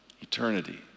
Eternity